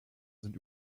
sind